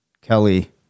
Kelly